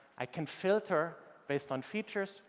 i can filter based on features,